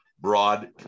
broad